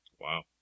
Wow